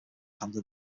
handling